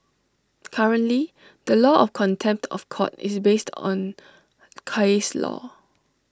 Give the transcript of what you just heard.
currently the law of contempt of court is based on case law